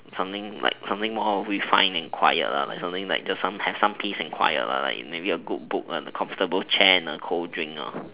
something like something more refined and quiet like something like just have some peace and quiet like maybe a good book a comfortable chair and a cold drink